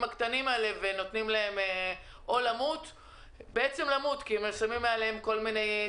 הקטנים האלה ונותנים להם למות כי שמים עליהם כל מיני